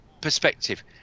perspective